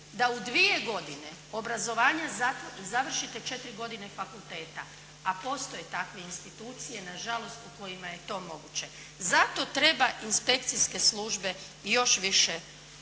da u 2 godine obrazovanja završite 4 godine fakulteta, a postoje takve institucije nažalost u kojima je to moguće. Zato treba inspekcijske službe još više pooštriti.